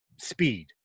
speed